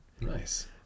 nice